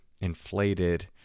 inflated